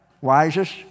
Wisest